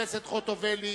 חוטובלי,